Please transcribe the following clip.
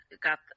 got